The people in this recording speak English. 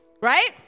Right